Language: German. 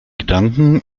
gedanken